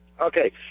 Okay